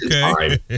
okay